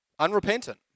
Unrepentant